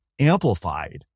amplified